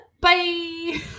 Bye